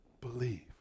Believe